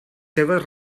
seves